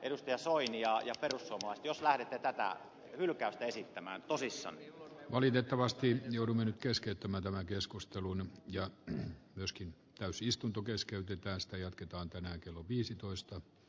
soini ja perussuomalaiset jos lähdette tätä hylkäystä esittämään tosissanne valitettavasti jouduin keskeyttämään tämän keskustelun ja myöskin täysi istunto keskeytyi tästä jatketaan tänään kello viisitoista